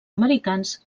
americans